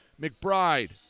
McBride